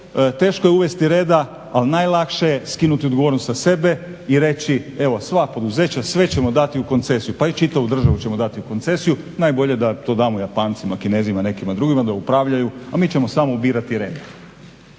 teško je uvesti reda, a najlakše je skinuti odgovornost sa sebe i reći evo sva poduzeća, sve ćemo dati u koncesiju, pa i čitavu državu ćemo dati u koncesiju. Najbolje da to damo Japancima, Kinezima, nekima drugima da upravljaju a mi ćemo samo ubirati rentu.